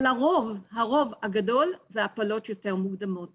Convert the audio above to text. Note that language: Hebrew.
אבל הרוב הגדול זה הפלות יותר מוקדמות